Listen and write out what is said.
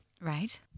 Right